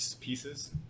pieces